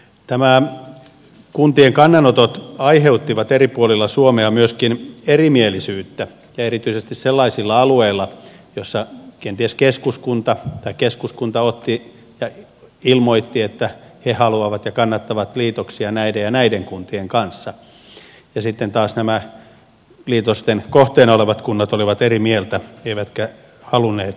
nämä kuntien kannanotot aiheuttivat eri puolilla suomea myöskin erimielisyyttä ja erityisesti sellaisilla alueilla missä keskuskunta otti ja ilmoitti että he haluavat ja kannattavat liitoksia näiden ja näiden kuntien kanssa ja sitten taas nämä liitosten kohteina olevat kunnat olivat eri mieltä eivätkä halunneet liitosta